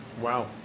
Wow